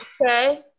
okay